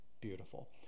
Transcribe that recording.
beautiful